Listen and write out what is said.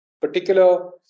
particular